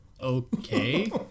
Okay